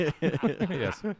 Yes